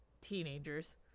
teenagers